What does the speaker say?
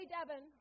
Devin